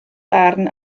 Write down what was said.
barn